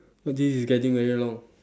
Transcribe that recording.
this is getting very long